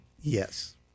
Yes